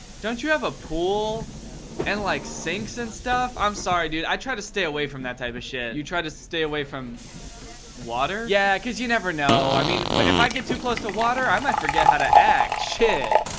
don't you have a pool and like sinks and stuff? i'm sorry, dude. i try to stay away from that type of shit. you try to stay away from water? yeah, cause you never know. i mean, if i get too close to water, i might forget how to act, shit.